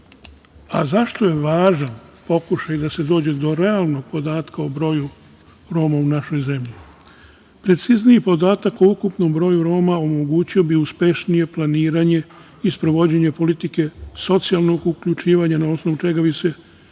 Romi.Zašto je važan pokušaj da se dođe do realnog podatka o broju Roma u našoj zemlji? Precizniji podatak o ukupnom broju Roma omogućio bi uspešnije planiranje i sprovođenje politike socijalnog uključivanja, a na osnovu čega bi se razvijale